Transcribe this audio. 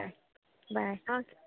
bye bye okay